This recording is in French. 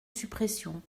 suppression